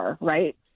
right